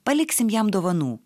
paliksim jam dovanų